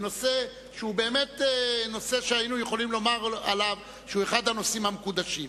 בנושא שהיינו יכולים לומר עליו שהוא אחד הנושאים המקודשים.